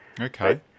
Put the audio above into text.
Okay